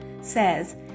says